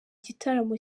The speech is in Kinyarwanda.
gitaramo